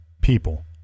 people